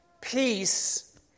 peace